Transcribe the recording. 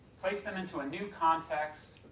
place them into a new context,